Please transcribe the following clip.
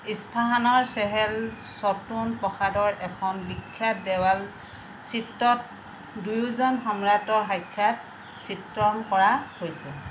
ইস্ফাহানৰ Chehel Sotoun প্ৰাসাদৰ এখন বিখ্যাত দেৱাল চিত্ৰত দুয়োজন সম্ৰাটৰ সাক্ষাৎ চিত্ৰণ কৰা হৈছে